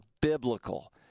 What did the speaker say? biblical